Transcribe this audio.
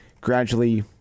gradually